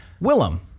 Willem